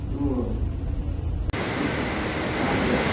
ꯑꯗꯨ ꯁꯨꯝ ꯍꯛꯆꯥꯡꯁꯦ